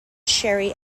sherry